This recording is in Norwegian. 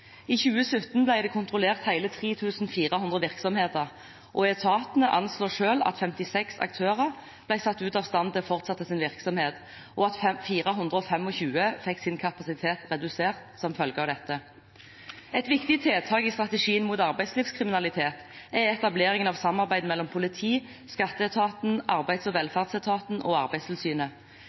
I 2017 ble det kontrollert hele 3 400 virksomheter, og etatene anslår selv at 56 aktører ble satt ut av stand til å fortsette sin virksomhet, og at 425 aktører fikk sin kapasitet redusert som følge av dette. Et viktig tiltak i strategien mot arbeidslivskriminalitet er etableringen av samarbeidet mellom politiet, skatteetaten, arbeids- og velferdsetaten og Arbeidstilsynet.